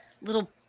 little